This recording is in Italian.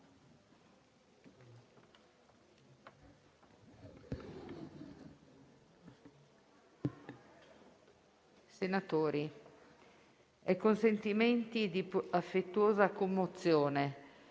Senatori, è con sentimenti di affettuosa commozione